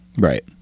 Right